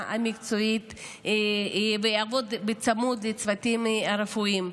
המקצועית ויעבוד בצמוד לצוותים הרפואיים.